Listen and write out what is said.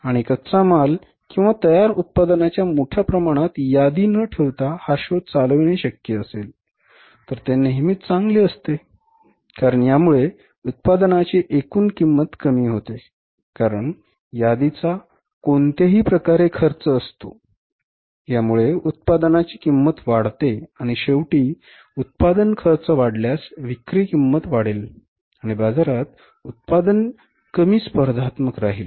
आणि कच्चा माल किंवा तयार उत्पादनांच्या मोठ्या प्रमाणात यादी न ठेवता हा शो चालविणे शक्य असेल तर ते नेहमीच चांगले असते कारण यामुळे उत्पादनाची एकूण किंमत कमी होते कारण यादीचा कोणत्याही प्रकारे खर्च असतो यामुळे उत्पादनाची किंमत वाढते आणि शेवटी उत्पादन खर्च वाढल्यास विक्री किंमत वाढेल आणि बाजारात उत्पादन कमी स्पर्धात्मक राहील